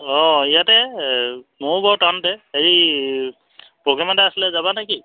অঁ ইয়াতে ময়ো বাৰু টাউনতে হেৰি প্ৰগ্ৰেম এটা আছিলে যাবা নে কি